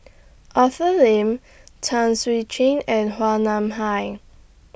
Arthur Lim Tan Swee and Nam Hai